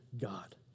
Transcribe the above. God